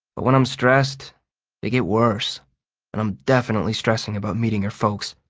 but when i'm stressed they get worse and i'm definitely stressing about meeting her folks.